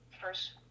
First